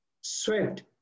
swept